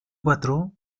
patró